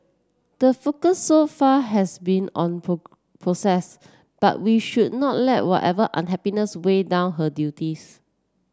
the focus so far has been on process but we should not let whatever unhappiness weigh down her duties